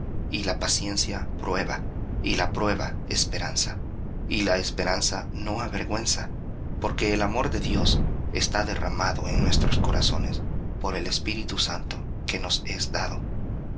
y la paciencia prueba y la prueba esperanza y la esperanza no avergüenza porque el amor de dios está derramado en nuestros corazones por el espíritu santo que nos es dado